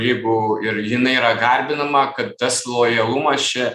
jeigu ir jinai yra garbinama kad tas lojalumas čia